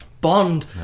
Bond